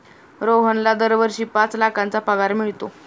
रोहनला दरवर्षी पाच लाखांचा पगार मिळतो